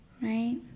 right